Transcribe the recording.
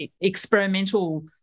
experimental